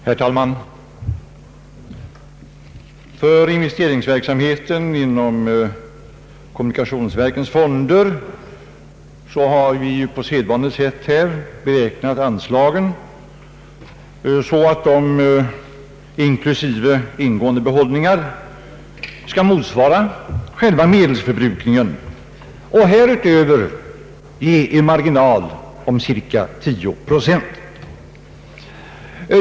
Herr talman! För investeringsverksamheten inom kommunikationsverkens fonder har nu på sedvanligt sätt anslagen beräknats så att de, inklusive ingående behållningar, skall motsvara själva medelsförbrukningen och därutöver ge en marginal om cirka tio procent.